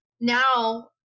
now